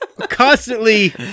Constantly